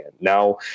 Now